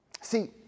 See